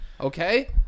Okay